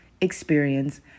experience